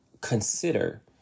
consider